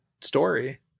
story